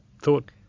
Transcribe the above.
thought